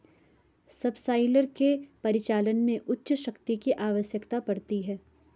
subsoiler के परिचालन में उच्च शक्ति की आवश्यकता पड़ती है